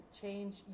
change